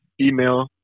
email